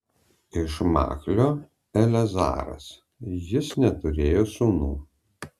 iš machlio eleazaras jis neturėjo sūnų